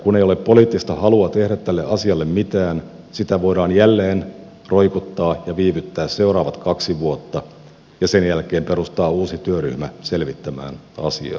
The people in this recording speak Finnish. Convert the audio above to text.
kun ei ole poliittista halua tehdä tälle asialle mitään sitä voidaan jälleen roikottaa ja viivyttää seuraavat kaksi vuotta ja sen jälkeen perustaa uusi työryhmä selvittämään asiaa